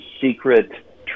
Secret